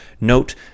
Note